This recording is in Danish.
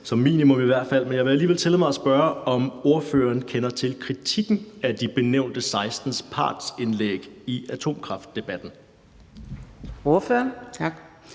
som minimum i hvert fald. Men jeg vil alligevel tillade mig at spørge, om ordføreren kender til kritikken af de nævnte 16 energiforskeres partsindlæg i atomkraftdebatten?